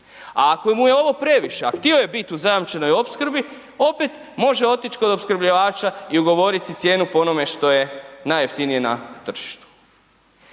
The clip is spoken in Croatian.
a ako mu je ovo previše a htio je biti u zajamčenoj opskrbi, opet može otić kod opskrbljivača i ugovorit si cijenu po onome što je najjeftinije na tržištu.